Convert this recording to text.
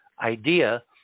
idea